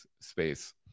space